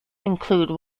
include